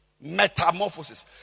Metamorphosis